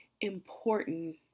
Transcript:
important